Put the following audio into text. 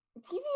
TV